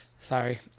Sorry